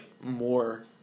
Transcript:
more